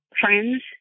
friends